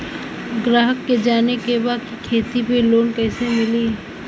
ग्राहक के जाने के बा की खेती पे लोन कैसे मीली?